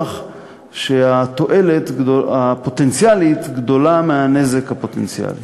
שהתועלת הפוטנציאלית גדולה מהנזק הפוטנציאלי.